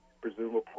presumably